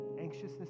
anxiousness